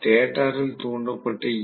ஸ்டாட்டரில் தூண்டப்பட்ட ஈ